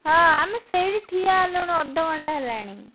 ହଁ ଆମେ ସେଇଠି ଠିଆ ହେଲୁଣୁ ଅଧଘଣ୍ଟା ହେଲାଣି